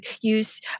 use